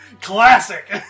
Classic